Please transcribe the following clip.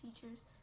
teachers